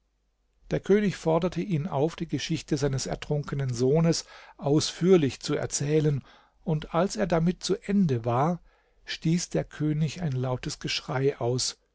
der könig forderte ihn auf die geschichte seines ertrunkenen sohnes ausführlich zu erzählen und als er damit zu ende war stieß der könig ein lautes geschrei aus